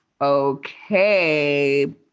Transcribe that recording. okay